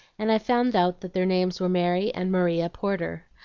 and i found out that their names were mary and maria porter.